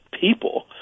people